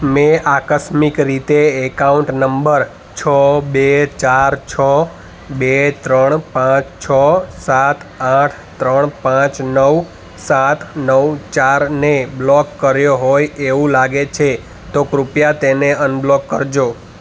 મેં આકસ્મિક રીતે એકાઉન્ટ નંબર છ બે ચાર છ બે ત્રણ પાંચ છ સાત આઠ ત્રણ પાંચ નવ સાત નવ ચાર ને બ્લોક કર્યો હોય એવું લાગે છે તો કૃપયા તેને અનબ્લોક કરજો